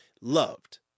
loved